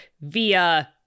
via